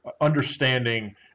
understanding